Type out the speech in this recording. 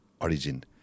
origin